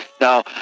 Now